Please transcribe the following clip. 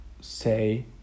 say